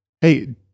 Hey